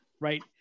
right